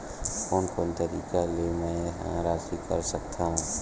कोन कोन तरीका ले मै ह राशि कर सकथव?